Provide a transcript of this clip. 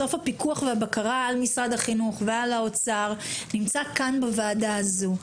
הפיקוח והבקרה על משרד החינוך ועל משרד האוצר נמצא כאן בוועדה הזו.